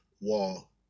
wall